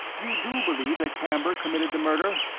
you do believe that camber committed the murder?